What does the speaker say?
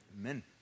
Amen